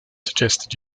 suggested